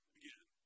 again